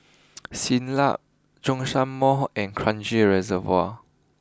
Siglap Zhongshan Mall and Kranji Reservoir